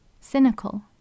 Cynical